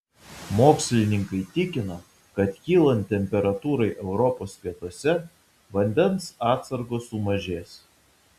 mokslininkai tikina kad kylant temperatūrai europos pietuose vandens atsargos sumažės